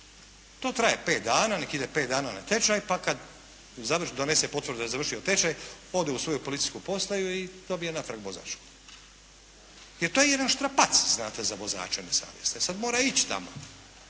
To traje pet dana. Neka ide pet dana na tečaj pa kad donese potvrdu da je završio tečaj ode u svoju policijsku postaju i dobije natrag vozačku jer to je jedan štrapac znate za vozače nesavjesne, sad mora ići tamo,